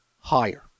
higher